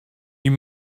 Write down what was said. you